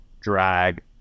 drag